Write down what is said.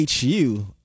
HU